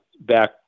back